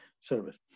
service